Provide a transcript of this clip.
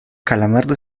calamardo